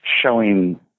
showing